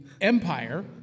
Empire